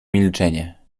milczenie